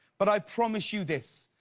but i promise you this,